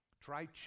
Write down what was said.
Try